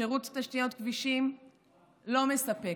שירות תשתיות הכבישים לא מספק,